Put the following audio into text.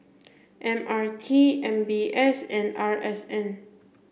M R T M B S and R S N